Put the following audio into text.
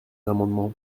amendement